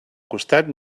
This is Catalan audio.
costat